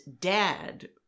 dad